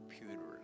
Computer